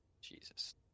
Jesus